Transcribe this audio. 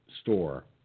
store